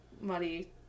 Muddy